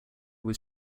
was